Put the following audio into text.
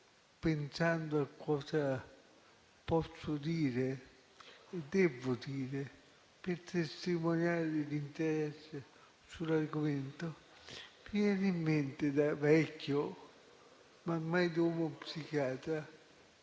pensando a cosa posso dire e devo dire per testimoniare l'interesse sull'argomento, mi viene in mente, da vecchio ma mai domo psichiatra,